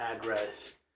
address